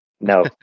No